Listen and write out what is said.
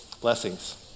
Blessings